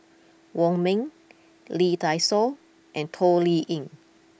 Wong Ming Lee Dai Soh and Toh Liying